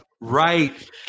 right